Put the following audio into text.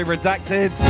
Redacted